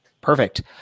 Perfect